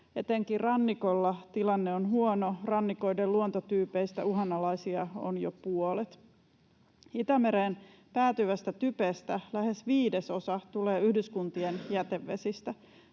Etenkin rannikolla tilanne on huono: rannikoiden luontotyypeistä uhanalaisia on jo puolet. Itämereen päätyvästä typestä lähes viidesosa tulee yhdyskuntien jätevesistä.